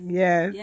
yes